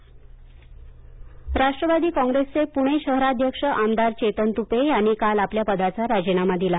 राष्ट्रवादी शहराध्यक्ष राजीनामा राष्ट्रवादी काँग्रेसचे पुणे शहराध्यक्ष आमदार चेतन तुपे यांनी काल आपल्या पदाचा राजीनामा दिला